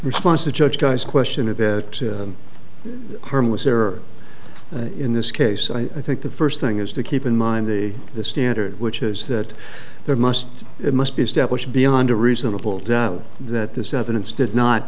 response the judge guy's question a bit harmless error in this case i think the first thing is to keep in mind the the standard which is that there must it must be established beyond a reasonable doubt that this evidence did not